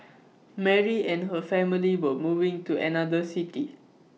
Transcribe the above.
Mary and her family were moving to another city